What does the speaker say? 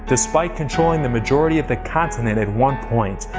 despite controlling the majority of the continent at one point,